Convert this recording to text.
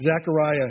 Zechariah